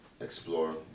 explore